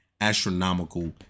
astronomical